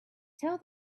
tell